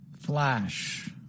Flash